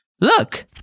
Look